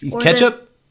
Ketchup